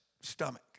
stomach